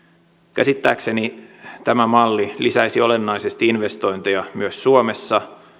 käsittääkseni tämä malli lisäisi olennaisesti investointeja myös suomessa